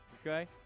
Okay